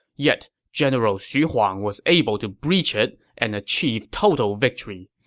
yet general xu huang was able to breach it and achieve total victory.